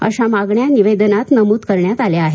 या मागण्या निवेदनात नमूद करण्यात आल्या आहेत